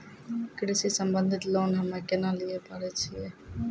कृषि संबंधित लोन हम्मय केना लिये पारे छियै?